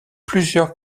plusieurs